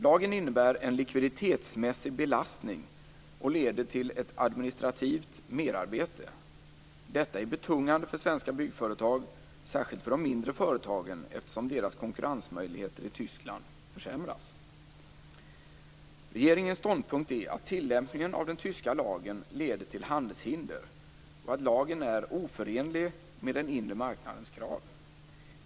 Lagen innebär en likviditetsmässig belastning och leder till ett administrativt merarbete. Detta är betungande för svenska byggföretag, särskilt för de mindre företagen eftersom deras konkurrensmöjligheter i Tyskland försämras. Regeringens ståndpunkt är att tillämpningen av den tyska lagen leder till handelshinder och att lagen är oförenlig med den inre marknadens krav.